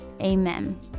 Amen